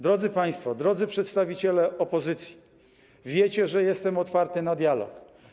Drodzy państwo, drodzy przedstawiciele opozycji, wiecie, że jestem otwarty na dialog.